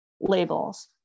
labels